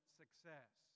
success